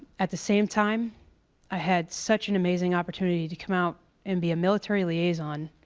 at the same time i had such an amazing opportunity to come out and be a military liaison,